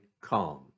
calm